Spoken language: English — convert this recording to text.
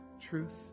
truth